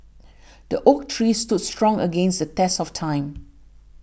the oak tree stood strong against the test of time